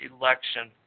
election